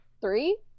three